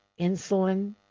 insulin